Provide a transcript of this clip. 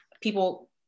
people